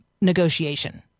negotiation